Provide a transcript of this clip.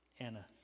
Anna